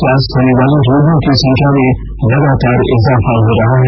स्वास्थ होनेवाले रोगियों की संख्या में लगातार इजाफा हो रहा है